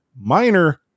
minor